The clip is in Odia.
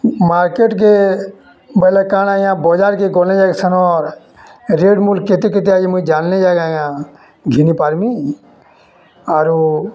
ମାର୍କେଟ୍କେ ବଏଲେ କାଣା ଆଜ୍ଞା ବଜାର୍କେ ଗଲେ ଯାଏ ସେନର୍ ରେଟ୍ ମୁଲ୍ କେତେ କେତେ ଆଜ୍ଞା ଜାଣିଲେ ଯାକ ଆଜ୍ଞା ଘିନି ପାର୍ମି ଆରୁ